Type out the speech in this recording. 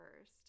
first